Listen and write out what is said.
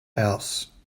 house